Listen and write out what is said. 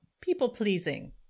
people-pleasing